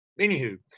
Anywho